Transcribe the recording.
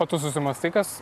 o tu susimąstai kas